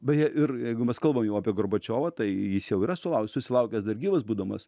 beje ir jeigu mes kalbam jau apie gorbačiovą tai jis jau yra sulau susilaukęs dar gyvas būdamas